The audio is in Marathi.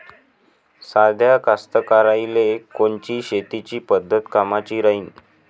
साध्या कास्तकाराइले कोनची शेतीची पद्धत कामाची राहीन?